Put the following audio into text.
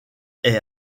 est